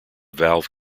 valve